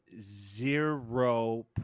zero